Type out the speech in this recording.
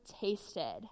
tasted